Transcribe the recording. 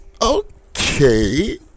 Okay